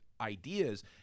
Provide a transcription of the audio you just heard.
ideas